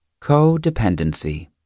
Codependency